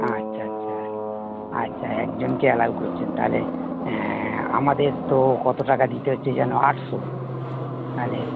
আচ্ছা আচ্ছা আচ্ছা একজনকে অ্যালাউ করছেন তাহলে অ্যাঁ আমাদের তো কতো টাকা দিতে হচ্ছে যেন আটশো তাহলে